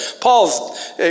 Paul's